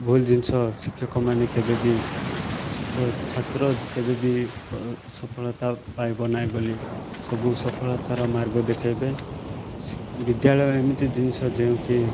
ଭୁଲ୍ ଜିନିଷ ଶିକ୍ଷକମାନେ କେବେ ବି ଛାତ୍ର କେବେ ବି ସଫଳତା ପାଇବ ନାହିଁ ବୋଲି ସବୁ ସଫଳତାର ମାର୍ଗ ଦେଖେଇବେ ବିଦ୍ୟାଳୟ ଏମିତି ଜିନିଷ ଯେଉଁ କି